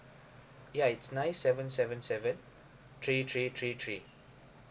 ya it's nine seven seven seven three three three three